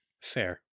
Fair